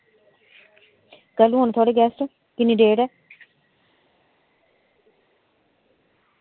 कैलूं औने थुआढ़े गेस्ट केह्ड़ी डेट ऐ